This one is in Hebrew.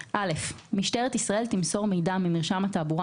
תפקידים31.(א)משטרת ישראל תמסור מידע ממרשם התעבורה